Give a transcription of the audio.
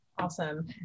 Awesome